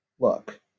look